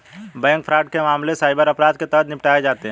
bank fraud के मामले cyber अपराध के तहत निपटाए जाते हैं